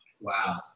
Wow